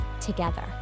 together